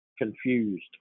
confused